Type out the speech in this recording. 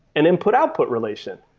an input-output relation.